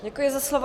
Děkuji za slovo.